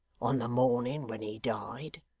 on the morning when he died